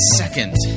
second